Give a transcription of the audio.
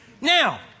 Now